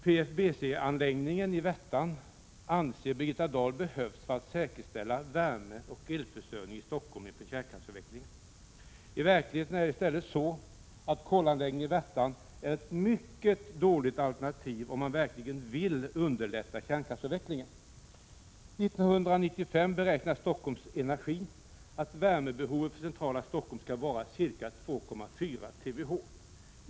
PFBC-anläggningen i Värtan behövs, anser Birgitta Dahl, för att säkerställa värmeoch elförsörjningen i Stockholm inför kärnkraftsavvecklingen. I verkligheten är det i stället så att kolanläggningen i Värtan är ett mycket dåligt alternativ om man verkligen vill underlätta kärnkraftsavvecklingen. Stockholm Energi beräknar att värmebehovet för centrala Stockholm år 1995 skall vara ca 2,4 TWh.